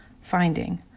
Finding